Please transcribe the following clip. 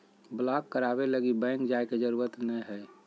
block कराबे लगी bank जाय के जरूरत नयय हइ